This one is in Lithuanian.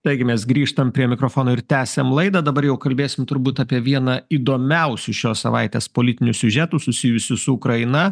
taigi mes grįžtam prie mikrofono ir tęsiam laidą dabar jau kalbėsim turbūt apie vieną įdomiausių šios savaitės politinių siužetų susijusių su ukraina